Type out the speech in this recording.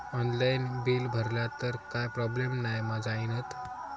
Online bill भरला तर काय प्रोब्लेम नाय मा जाईनत?